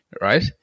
Right